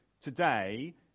today